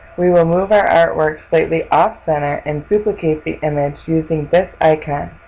we will move our artwork slightly off center and duplicate the image using this icon.